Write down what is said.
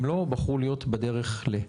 הם לא בחרו להיות בדרך ל...